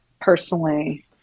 personally